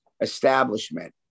establishment